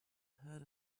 heard